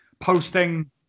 posting